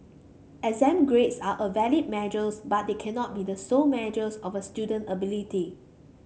exam grades are a valid measure but they cannot be the sole measures of a student ability